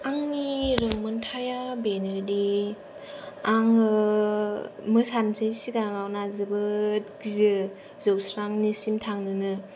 आंनि रोंमोन्थाइया बेनोदि आङो मोसानोसै सिगाङावना जोबोद गियो जौस्रांनिसिम थांनोनो